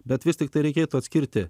bet vis tiktai reikėtų atskirti